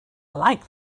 like